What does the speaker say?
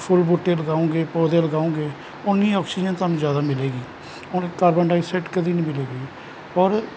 ਫੁਲ ਬੂਟੇ ਲਗਾਉਗੇ ਪੌਦੇ ਲਗਾਉਗੇ ਉੰਨੀ ਓਕਸੀਜਨ ਤੁਹਾਨੂੰ ਜ਼ਿਆਦਾ ਮਿਲੇਗੀ ਔਰ ਕਾਰਬਨ ਡਾਈਔਕਸਾਇਡ ਕਦੇ ਨਹੀ ਮਿਲੇਗੀ ਔਰ